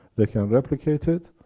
they can replicate it,